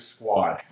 Squad